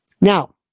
Now